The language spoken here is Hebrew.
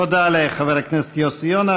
תודה לחבר הכנסת יוסי יונה.